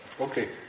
Okay